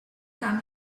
come